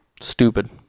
Stupid